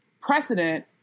precedent